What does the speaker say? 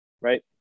right